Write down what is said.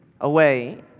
away